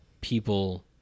people